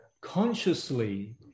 consciously